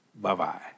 Bye-bye